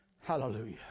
Hallelujah